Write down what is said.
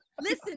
Listen